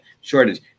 Shortage